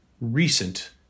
recent